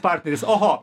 partneris oho